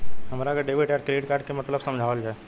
हमरा के डेबिट या क्रेडिट कार्ड के मतलब समझावल जाय?